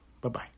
Bye-bye